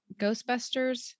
Ghostbusters